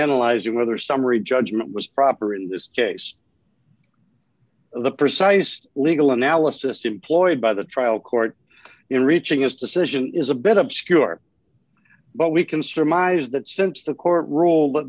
analyzing whether summary judgment was proper in this case the precise legal analysis employed by the trial court in reaching its decision is a bit obscure but we can surmise that since the court ruled